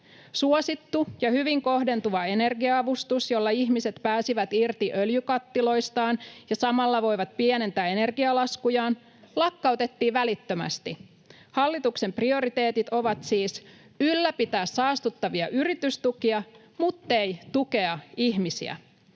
Suosittu ja hyvin kohdentuva energia-avustus, jolla ihmiset pääsivät irti öljykattiloistaan ja samalla voivat pienentää energialaskujaan, lakkautettiin välittömästi. Hallituksen prioriteetit ovat siis ylläpitää saastuttavia yritystukia muttei tukea ihmisiä.